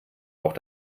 auch